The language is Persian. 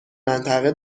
منطقه